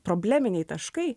probleminiai taškai